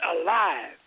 alive